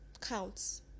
counts